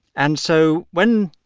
and so when,